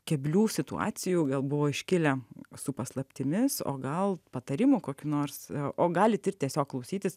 keblių situacijų gal buvo iškilę su paslaptimis o gal patarimų kokiu nors o galite ir tiesiog klausytis